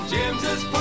James's